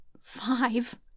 five